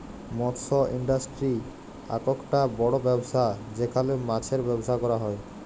মৎস ইন্ডাস্ট্রি আককটা বড় ব্যবসা যেখালে মাছের ব্যবসা ক্যরা হ্যয়